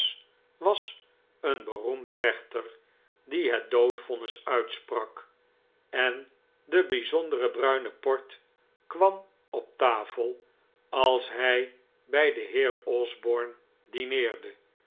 was een beroemd rechter die het doodvonnis uitsprak en de bijzondere bruine port kwam op tafel als hij bij den heer osborne dineerde